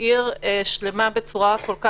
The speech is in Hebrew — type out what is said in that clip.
מספרים אני אשמח להביא לך אחר כך.